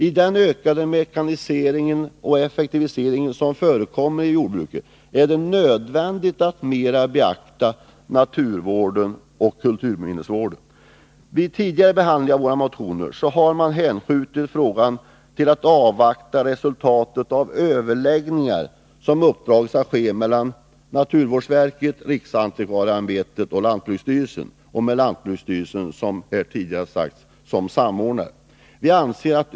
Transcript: I den ökade mekanisering och effektivisering som förekommer i jordbruket är det nödvändigt att mera beakta naturvården och kulturminnesvården. Vid tidigare behandling av våra motioner har man skjutit på frågans avgörande, eftersom man har velat avvakta resultatet av de överläggningar som sker mellan naturvårdsverket, riksantikvarieämbetet och lantbruksstyrelsen med lantbruksstyrelsen såsom samordnare.